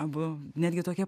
abu netgi tokie